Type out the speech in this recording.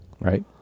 Right